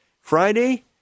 Friday